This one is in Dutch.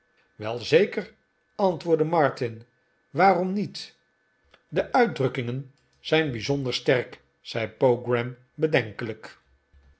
wel zeker antwoordde martin waarom niet de uitdrukkingen zijn bijzonder sterk zei pogram bedenkelijk